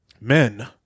men